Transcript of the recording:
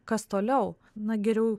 kas toliau na geriau